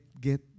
get